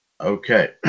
Okay